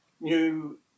new